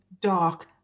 dark